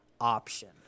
option